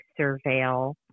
surveil